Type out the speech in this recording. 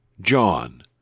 John